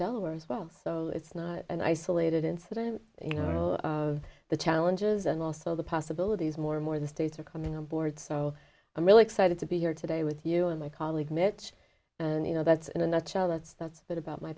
delaware as well so it's not an isolated incident you know all of the challenges and also the possibilities more and more the states are coming on board so i'm really excited to be here today with you and my colleague mitch and you know that's in a nutshell that's that's that about my